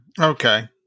Okay